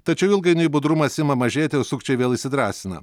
tačiau ilgainiui budrumas ima mažėti ir sukčiai vėl įsidrąsina